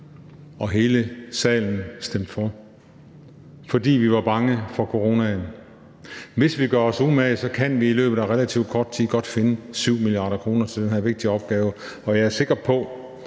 hele salen stemte for, fordi vi var bange for coronaen. Hvis vi gør os umage, kan vi i løbet af relativt kort tid godt finde 7 mia. kr. til den her vigtige opgave. Og jeg er sikker på,